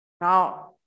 Now